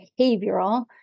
behavioral